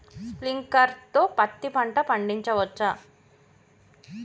Sprinkler తో పత్తి పంట పండించవచ్చా?